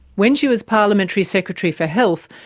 when she was parliamentary secretary for health,